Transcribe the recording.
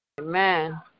Amen